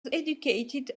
educated